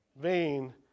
vain